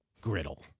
griddle